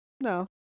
No